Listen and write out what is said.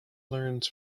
learns